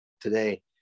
today